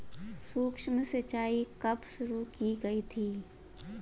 सूक्ष्म सिंचाई कब शुरू की गई थी?